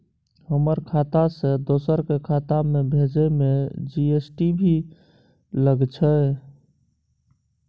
हमर खाता से दोसर के खाता में भेजै में जी.एस.टी भी लगैछे?